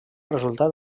resultat